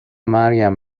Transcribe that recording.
مرگم